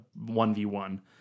1v1